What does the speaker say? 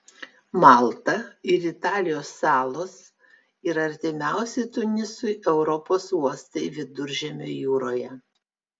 malta ir italijos salos yra artimiausi tunisui europos uostai viduržemio jūroje